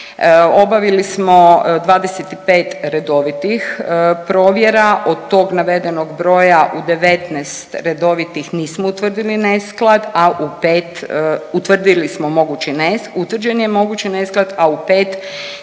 Obavili smo 25 redovitih provjera, od tog navedenog broja u 19 redovitih nismo utvrdili nesklad, a u 5 utvrdili smo mogući nes…, utvrđen je mogući nesklad,